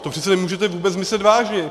To přece nemůžete vůbec myslet vážně!